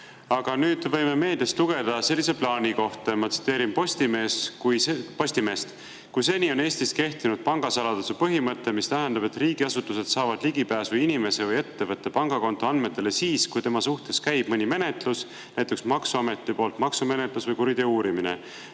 Aga nüüd võime meediast lugeda sellise plaani kohta, ma tsiteerin Postimeest: "Kui seni on Eestis kehtinud pangasaladuse põhimõte, mis tähendab, et riigiasutused saavad ligipääsu inimese või ettevõtte pangakonto andmetele siis, kui tema suhtes käib mõni menetlus, näiteks maksuameti poolt maksumenetlus või kuriteo uurimine.